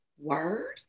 Word